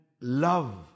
love